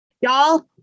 y'all